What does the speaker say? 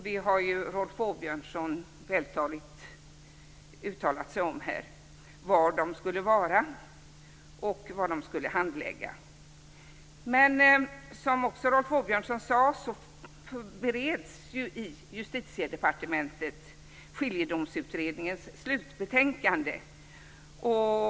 Den har ju Rolf Åbjörnsson vältaligt uttalat sig om här. Det gäller var de skulle vara och vad de skulle handlägga. Men som också Rolf Åbjörnsson sade bereds ju Skiljedomsutredningens slutbetänkande i Justitiedepartementet.